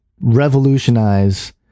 revolutionize